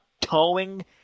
towing